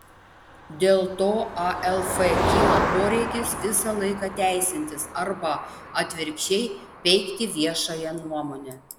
dėl to alf kyla poreikis visą laiką teisintis arba atvirkščiai peikti viešąją nuomonę